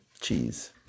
cheese